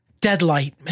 deadlight